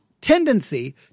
tendency